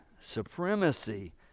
supremacy